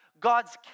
God's